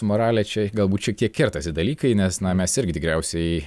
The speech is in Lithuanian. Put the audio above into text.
su morale čia galbūt šiek tiek kertasi dalykai nes na mes irgi tikriausiai